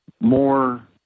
more